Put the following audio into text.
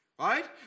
Right